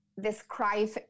describe